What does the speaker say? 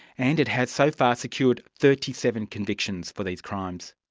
and it has so far secured thirty seven convictions for these crimes.